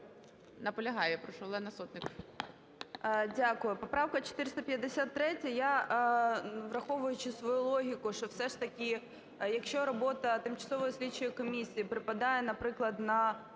Наполягає. Прошу, Олена Сотник.